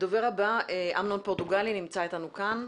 הדובר הבא אמנון פורטוגלי שנמצא אתנו כאן.